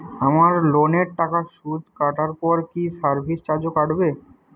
আমার লোনের টাকার সুদ কাটারপর কি সার্ভিস চার্জও কাটবে?